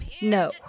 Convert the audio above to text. No